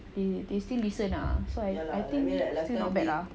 they they still listen ah so I I think still not bad ah